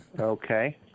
Okay